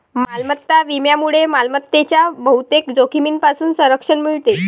मालमत्ता विम्यामुळे मालमत्तेच्या बहुतेक जोखमींपासून संरक्षण मिळते